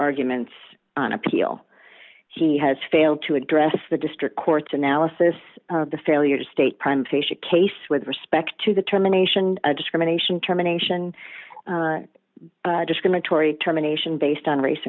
arguments on appeal he has failed to address the district court's analysis of the failure state prime facia case with respect to the terminations a discrimination termination discriminatory terminations based on race